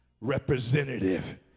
representative